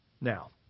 Now